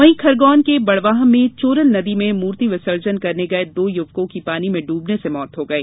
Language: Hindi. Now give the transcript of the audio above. वहीं खरगोन के बडवाह में चोरल नदी में मूर्ति विसर्जन करने गये दो युवकों की पानी में डुबने से मौत हो गई